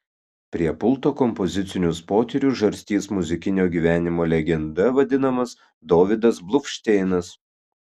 prie pulto kompozicinius potyrius žarstys muzikinio gyvenimo legenda vadinamas dovydas bluvšteinas